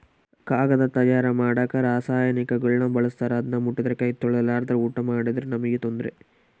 ಕಾಗದ ತಯಾರ ಮಾಡಕ ರಾಸಾಯನಿಕಗುಳ್ನ ಬಳಸ್ತಾರ ಅದನ್ನ ಮುಟ್ಟಿದ್ರೆ ಕೈ ತೊಳೆರ್ಲಾದೆ ಊಟ ಮಾಡಿದ್ರೆ ನಮ್ಗೆ ತೊಂದ್ರೆ